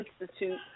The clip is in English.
Institute